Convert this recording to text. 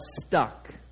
stuck